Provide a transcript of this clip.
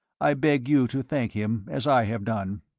i beg you to thank him, as i have done.